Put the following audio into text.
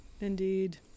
Indeed